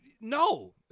no